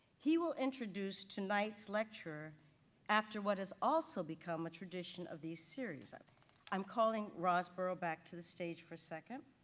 he will introduce tonight's lecture after what has also become a tradition of these series. i'm i'm calling ross borough back to the stage for a second.